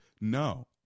no